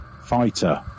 fighter